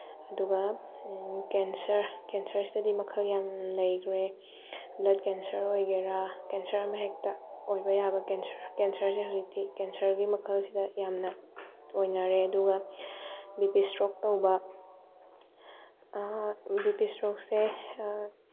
ꯑꯗꯨꯒ ꯀꯦꯟꯁꯔ ꯀꯦꯟꯁꯔꯁꯤꯗꯗꯤ ꯃꯈꯜ ꯌꯥꯝ ꯂꯩꯈ꯭ꯔꯦ ꯕ꯭ꯂꯠ ꯀꯦꯟꯁꯔ ꯑꯣꯏꯒꯦꯔꯥ ꯀꯦꯟꯁꯔ ꯑꯃꯍꯦꯛꯇ ꯑꯣꯏꯕ ꯌꯥꯕ ꯀꯦꯟꯁꯔ ꯀꯦꯟꯁꯔꯁꯦ ꯍꯧꯖꯤꯛꯇꯤ ꯀꯦꯟꯁꯔꯒꯤ ꯃꯈꯜꯁꯤꯗ ꯌꯥꯝꯅ ꯑꯣꯏꯅꯔꯦ ꯑꯗꯨꯒ ꯕꯤ ꯄꯤ ꯏꯁꯇ꯭ꯔꯣꯛ ꯇꯧꯕ ꯕꯤ ꯄꯤ ꯏꯁꯇ꯭ꯔꯣꯛꯁꯦ